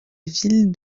ville